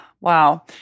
Wow